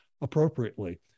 appropriately